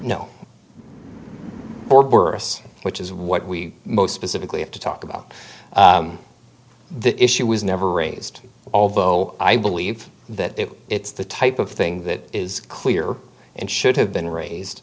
know which is what we most specifically have to talk about the issue was never raised although i believe that it's the type of thing that is clear and should have been raised